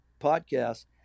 podcast